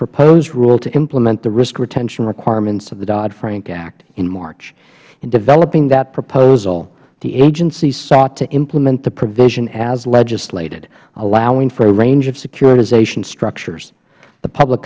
proposed rule to implement the risk retention requirements of the dodd frank act in march in developing that proposal the agencies sought to implement the provision as legislated allowing for a range of securitization structures the public